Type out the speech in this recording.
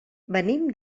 venim